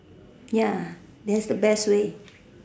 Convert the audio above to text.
ya that's the best way